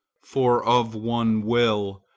for of one will,